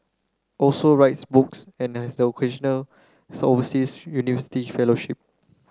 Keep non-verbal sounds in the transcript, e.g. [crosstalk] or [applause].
also writes books and has the occasional [unintelligible] overseas university fellowship